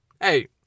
hey